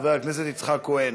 חבר הכנסת יצחק כהן.